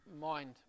mind